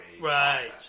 Right